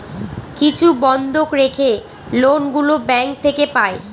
কিছু বন্ধক রেখে লোন গুলো ব্যাঙ্ক থেকে পাই